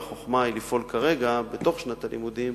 והחוכמה היא לפעול כרגע בתוך שנת הלימודים